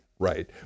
Right